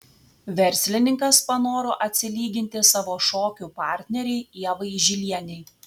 verslininkas panoro atsilyginti savo šokių partnerei ievai žilienei